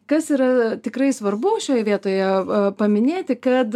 kas yra tikrai svarbu šioj vietoje paminėti kad